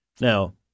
Now